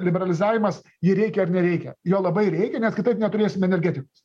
liberalizavimas jį reikia ar nereikia jo labai reikia nes kitaip neturėsim energetikos